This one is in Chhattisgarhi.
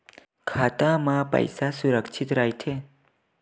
खाता मा पईसा सुरक्षित राइथे?